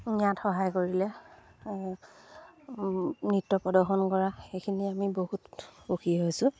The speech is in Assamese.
নিয়াত সহায় কৰিলে নৃত্য প্ৰদৰ্শন কৰা সেইখিনি আমি বহুত সুখী হৈছোঁ